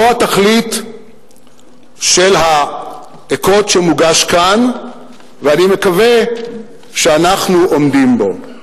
זו התכלית של הקוד שמוגש כאן ואני מקווה שאנחנו עומדים בו.